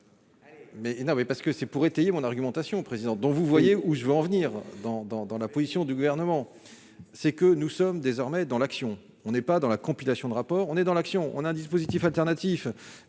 n'avait, parce que c'est pour étayer mon argumentation président dont vous voyez où je veux en venir dans dans dans la position du gouvernement, c'est que nous sommes désormais dans l'action, on n'est pas dans la compilation de rapports, on est dans l'action, on a un dispositif alternatif,